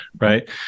right